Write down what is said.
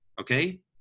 Okay